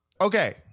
okay